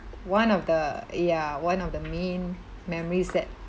one of the yeah one of the main memories that